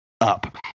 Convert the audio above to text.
up